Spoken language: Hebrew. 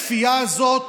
הכפייה הזאת